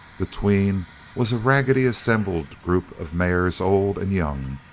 between was a raggedly assembled group of mares old and young,